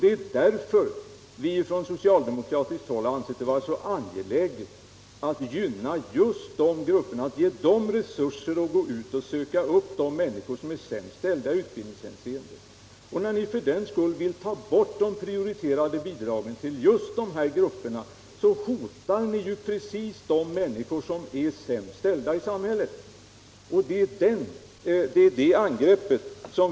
Det är därför som vi från socialdemokratiskt håll ansett det vara så angeläget att gynna just dessa organisationer, att ge dem resurser att gå ut och söka upp de människor som är sämst ställda i utbildningshänseende. När ni vill ta bort de prioriterade bidragen till just dessa organisationer hotar ni de människor som är sämst ställda i samhället.